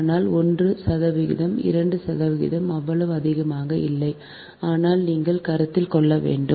ஆனால் 1 சதவிகிதம் 2 சதவிகிதம் அவ்வளவு அதிகமாக இல்லை ஆனால் நீங்கள் கருத்தில் கொள்ள வேண்டும்